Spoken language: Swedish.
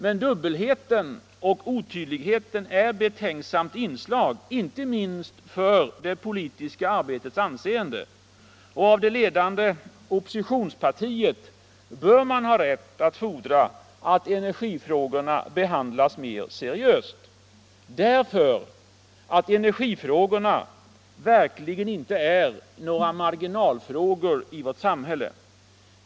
Men dubbelheten och otydligheten är betänksamma inslag, inte minst för det politiska arbetets anseende. Av det ledande oppositionspartiet bör man ha rätt att fordra att energifrågorna behandlas mer seriöst. Energifrågorna är verkligen inga marginalfrågor i vårt samhälle.